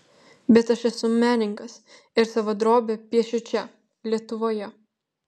bet aš esu menininkas ir savo drobę piešiu čia lietuvoje